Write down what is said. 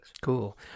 Cool